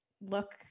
look